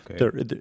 Okay